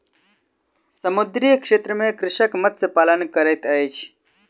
समुद्रीय क्षेत्र में कृषक मत्स्य पालन करैत अछि